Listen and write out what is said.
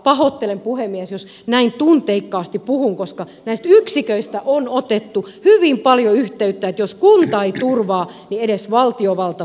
pahoittelen puhemies jos näin tunteikkaasti puhun mutta näistä yksiköistä on otettu hyvin paljon yhteyttä että jos kunta ei turvaa niin edes valtiovalta turvaisi